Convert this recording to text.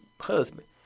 husband